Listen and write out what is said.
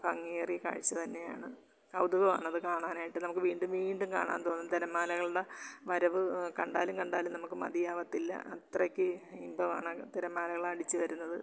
ഭംഗിയേറിയ കാഴ്ച്ച തന്നെയാണ് കൗതുകമാണത് കാണാനായിട്ട് നമുക്ക് വീണ്ടും വീണ്ടും കാണാൻ തോന്നും തിരമാലകളുടെ വരവ് കണ്ടാലും കണ്ടാലും നമ്മൾക്ക് മതിയാവത്തില്ല അത്രയ്ക്ക് ഇമ്പമാണ് തിരമാലകൾ അടിച്ച് വരുന്നത്